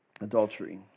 adultery